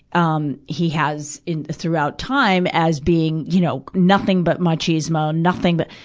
um he has in, throughout time, as being, you know, nothing but machismo, nothing but,